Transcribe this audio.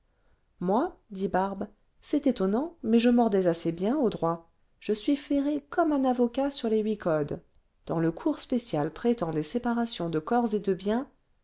moi dit barbe c'est étonnant mais je mordais assez bien au droit je suis ferrée comme un avocat sur les huit codes dans le cours spécial traitant des séparations de corps et de biens